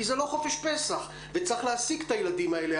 כי זה לא חופש פסח וצריך להעסיק את הילדים האלה.